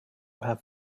have